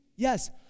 Yes